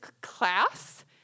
class